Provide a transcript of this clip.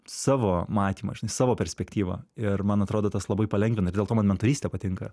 savo matymą žinai savo perspektyvą ir man atrodo tas labai palengvina ir dėl to man mentorystė patinka